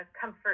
comfort